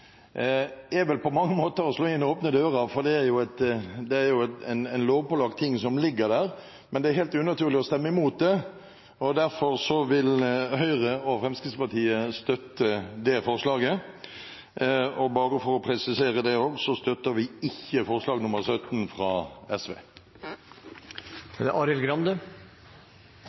mange måter å slå inn åpne dører, for det er en lovpålagt ting som ligger der, men det er helt unaturlig å stemme imot det. Derfor vil Høyre og Fremskrittspartiet støtte det forslaget. Vi støtter ikke forslag nr. 17 fra SV, bare for å presisere det.